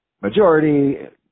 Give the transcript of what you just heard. majority